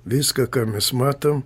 viską ką mes matom